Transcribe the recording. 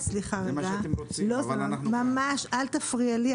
זה מה שאתם רוצים --- אל תפריע לי,